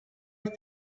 ist